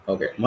Okay